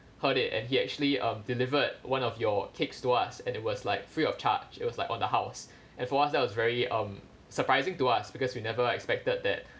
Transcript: heard it and he actually um delivered one of your cakes to us and it was like free of charge it was like on the house and for once that was very um surprising to us because we never expected that